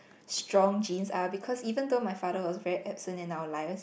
strong genes ah because even though my father was very absent in our life